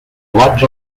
doblats